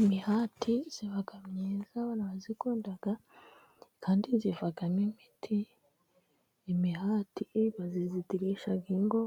Imihati iba myiza, barayikunda, kandi ivamo imiti imihati bayizitirisha ingo